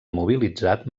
mobilitzat